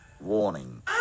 Warning